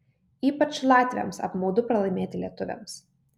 ypač latviams apmaudu pralaimėti lietuviams